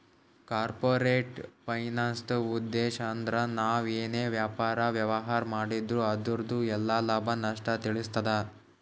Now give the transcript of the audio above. corporate ಫೈನಾನ್ಸ್ದುಉದ್ಧೇಶ್ ಅಂದ್ರ ನಾವ್ ಏನೇ ವ್ಯಾಪಾರ, ವ್ಯವಹಾರ್ ಮಾಡಿದ್ರು ಅದುರ್ದು ಎಲ್ಲಾ ಲಾಭ, ನಷ್ಟ ತಿಳಸ್ತಾದ